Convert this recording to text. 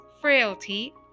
frailty